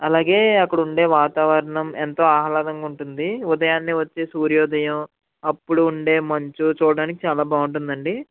అలాగే అక్కడ ఉండే వాతావరణం ఎంతో ఆహ్లాదంగా ఉంటుంది ఉదయాన్నే వచ్చే సూర్యోదయం అప్పుడు ఉండే మంచు చూడడానికి చాలా బాగుంటుందండి